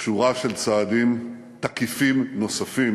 שורה של צעדים תקיפים נוספים